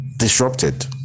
disrupted